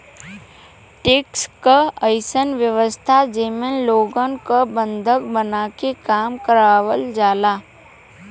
tax क अइसन व्यवस्था जेमे लोगन क बंधक बनाके काम करावल जाला